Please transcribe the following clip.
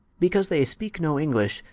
because they speak no english,